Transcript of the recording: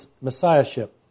Messiahship